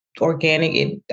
organic